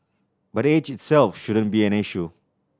but age itself shouldn't be an issue